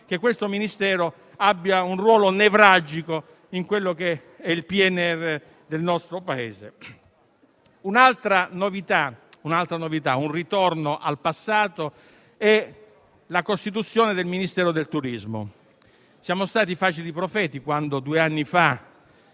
che questo Ministero abbia un ruolo nevralgico nel PNRR del nostro Paese. Un'altra novità, che poi è un ritorno al passato, è la costituzione del Ministero del turismo. Siamo stati facili profeti quando, due anni fa,